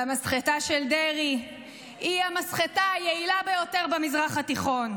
והמסחטה של דרעי היא המסחטה היעילה ביותר במזרח התיכון,